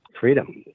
Freedom